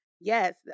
Yes